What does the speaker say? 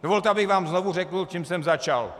Dovolte, abych vám znovu řekl to, čím jsem začal.